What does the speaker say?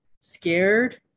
scared